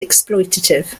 exploitative